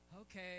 Okay